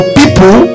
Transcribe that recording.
people